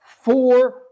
four